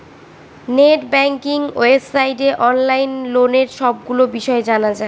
net banking ওয়েবসাইটে online লোনের সবগুলো বিষয় জানা যায়